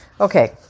Okay